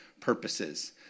purposes